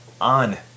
on